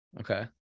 Okay